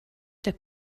der